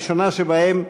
הראשונה שבהן: